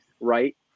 right